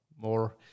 more